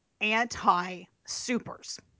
anti-supers